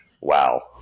wow